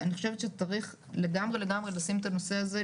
אני חושבת שצריך לגמרי לגמרי לשים את הנושא הזה,